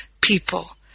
people